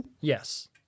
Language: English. Yes